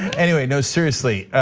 anyway, no seriously,